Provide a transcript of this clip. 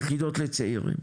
יחידות לצעירים.